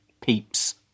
peeps